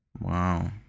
Wow